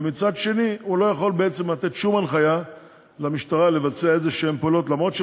ומצד שני הוא לא יכול בעצם לתת שום הנחיה למשטרה לבצע פעולות כלשהן.